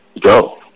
go